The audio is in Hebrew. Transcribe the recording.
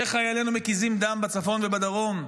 כשחיילינו מקיזים דם בצפון ובדרום,